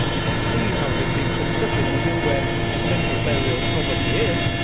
we can see how they've been constructed and we know where the central burial probably is.